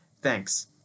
Thanks